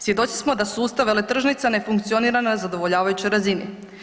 Svjedoci smo da sustav veletržnica ne funkcionira na zadovoljavajućoj razini.